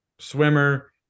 swimmer